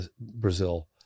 Brazil